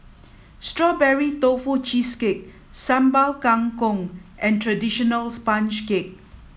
Strawberry Tofu Cheesecake Sambal Kangkong and traditional Sponge Cake